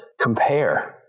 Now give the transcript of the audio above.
compare